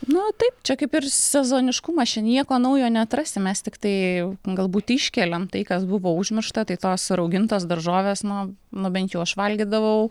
nu taip čia kaip ir sezoniškumas čia nieko naujo neatrasi mes tiktai galbūt iškeliam tai kas buvo užmiršta tai tos raugintos daržovės na nu bent jau aš valgydavau